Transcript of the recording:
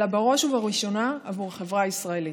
אלא בראש ובראשונה עבור החברה הישראלית.